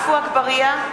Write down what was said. (קוראת בשמות חברי הכנסת) עפו אגבאריה,